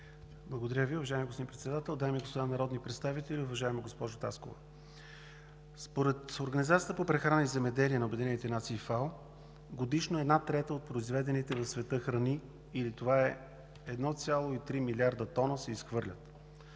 Благодаря Ви. Уважаеми господин Председател, дами и господа народни представители! Уважаема госпожо Таскова, според Организацията по прехрана и земеделие на Обединените нации ФАО годишно една трета от произведените в света храни, или това са 1,3 милиарда тона, се изхвърлят,